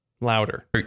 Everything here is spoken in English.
louder